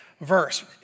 verse